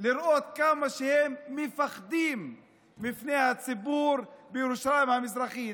לראות כמה שהם מפחדים מפני הציבור בירושלים המזרחית.